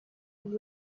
have